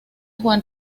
juan